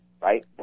right